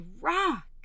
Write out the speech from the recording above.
rock